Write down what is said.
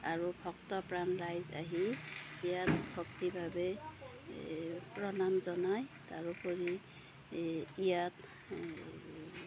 আৰু ভক্ত প্ৰাণ ৰাইজ আহি ইয়াত ভক্তিভাৱে এই প্ৰণাম জনায় তাৰোপৰি এই ইয়াত